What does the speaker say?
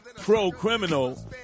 pro-criminal